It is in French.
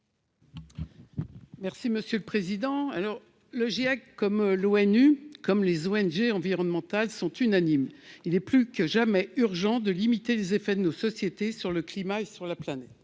Merci monsieur le président, alors le GIEC comme l'ONU comme les ONG environnementales sont unanimes : il est plus que jamais urgent de limiter les effets de nos sociétés sur le climat sur la planète